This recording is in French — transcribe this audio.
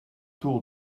tour